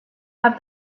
have